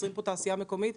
מייצרים פה תעשייה מקומית,